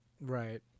Right